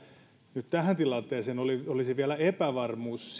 nyt tähän tilanteeseen olisi vielä epävarmuus